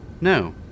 No